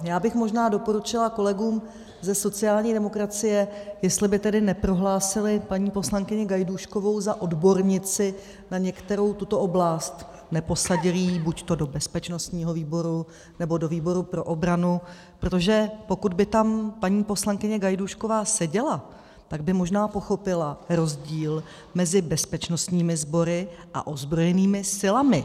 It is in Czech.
Já bych možná doporučila kolegům ze sociální demokracie, jestli by tedy neprohlásili paní poslankyni Gajdůškovou za odbornici na některou tuto oblast, neposadili ji buďto do bezpečnostního výboru, nebo do výboru pro obranu, protože pokud by tam paní poslankyně Gajdůšková seděla, tak by možná pochopila rozdíl mezi bezpečnostními sbory a ozbrojenými silami.